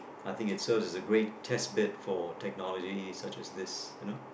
I think it serves as a great test bed for technology such as this you know